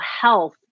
health